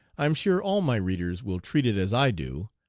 i am sure all my readers will treat it as i do.